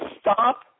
Stop